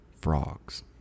Frogs